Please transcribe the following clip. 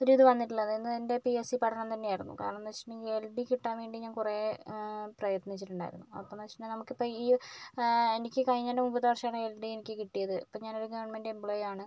ഒരിത് വന്നിട്ടുള്ളത് എന്ന് എൻ്റെ പി എസ് സി പഠനം തന്നെയായിരുന്നു കാരണം എന്ന് വെച്ചിട്ടുണ്ടെങ്കിൽ എൽ ഡി കിട്ടാൻ വേണ്ടി ഞാൻ കുറേ പ്രയത്നിച്ചിട്ടുണ്ടായിരുന്നു അപ്പം എന്ന് വെച്ചിട്ടുണ്ടെങ്കിൽ നമുക്കിപ്പം ഈ എനിക്ക് കഴിഞ്ഞതിൻ്റെ മുൻപത്തെ വർഷമാണ് എൽ ഡി എനിക്ക് കിട്ടിയത് ഇപ്പം ഞാനൊരു ഗവൺമെന്റ് എംപ്ലോയി ആണ്